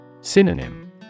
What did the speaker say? Synonym